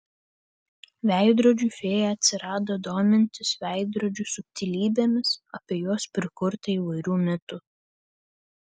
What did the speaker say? veidrodžių fėja atsirado domintis veidrodžių subtilybėmis apie juos prikurta įvairių mitų